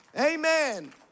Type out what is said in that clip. amen